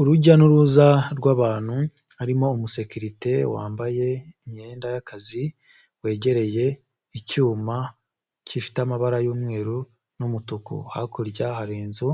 Urujya n'uruza rw'abantu, harimo umusekerite wambaye imyenda y'akazi, wegereye icyuma gifite amabara y'umweru n'umutuku, hakurya hari inzu